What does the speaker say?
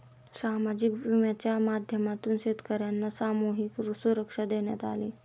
सामाजिक विम्याच्या माध्यमातून शेतकर्यांना सामूहिक सुरक्षा देण्यात आली